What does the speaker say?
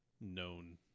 known